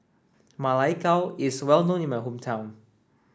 Ma Lai Gao is well known in my hometown